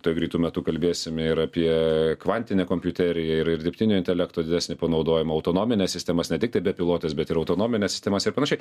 tuoj greitu metu kalbėsim ir apie kvantinę kompiuteriją ir dirbtinio intelekto didesnį panaudojimą autonomines sistemas ne tik tai bepilotęs bet ir autonomines sistemas ir panašiai